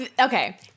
Okay